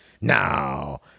now